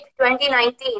2019